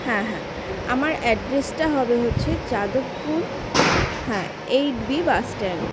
হ্যাঁ হ্যাঁ আমার অ্যাড্রেসটা হবে হচ্ছে যাদবপুর হ্যাঁ এইটবি বাসস্ট্যান্ড